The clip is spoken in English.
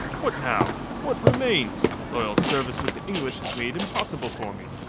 what now? what remains? loyal service with the english was made impossible for me.